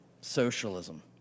socialism